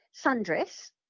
sundress